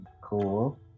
cool